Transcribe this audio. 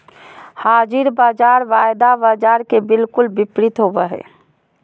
हाज़िर बाज़ार वायदा बाजार के बिलकुल विपरीत होबो हइ